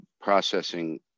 processing